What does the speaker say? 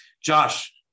Josh